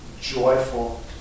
joyful